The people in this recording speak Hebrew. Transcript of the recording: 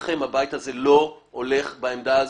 הבית הזה לא הולך על פי העמדה הזאת.